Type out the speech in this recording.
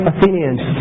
Athenians